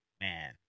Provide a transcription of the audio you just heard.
man